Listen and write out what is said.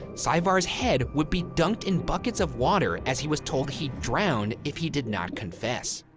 saevar's head would be dunked in buckets of water as he was told he'd drown if he did not confess.